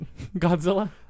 Godzilla